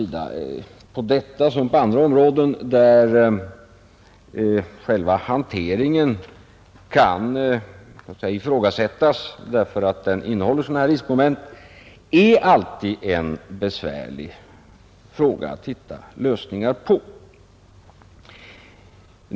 På detta som på andra områden, där själva hanteringen kan ifrågasättas därför att den innehåller riskmoment, är det alltid besvärligt för samhället att hitta lösningar på problemen.